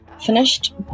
finished